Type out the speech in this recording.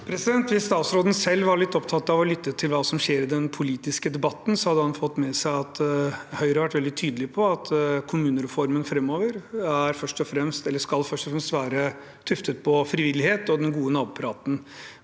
Hvis statsråden selv var litt opptatt av å lytte til hva som skjer i den politiske debatten, hadde han fått med seg at Høyre har vært veldig tydelig på at kommunereformen framover først og fremst skal være tuftet på frivillighet og den gode nabopraten.